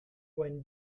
when